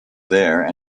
there